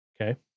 okay